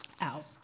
out